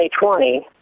2020